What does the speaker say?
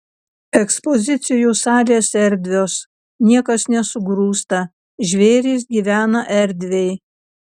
ekspozicijų salės erdvios niekas nesugrūsta žvėrys gyvena erdviai